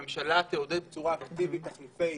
הממשלה, תעודד בצורה אקטיבית תחליפי